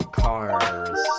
cars